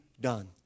done